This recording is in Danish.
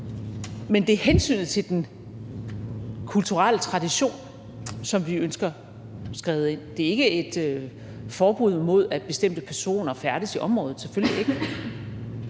Men det er hensynet til den kulturelle tradition, som vi ønsker skrevet ind. Det er ikke et forbud mod, at bestemte personer færdes i området – selvfølgelig ikke.